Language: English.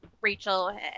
rachel